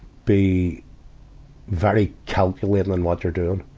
be very calculating in what you're doing.